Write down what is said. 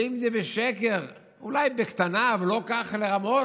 ואם זה בשקר, אולי בקטנה, אבל לא ככה לרמות,